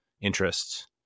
interests